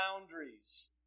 boundaries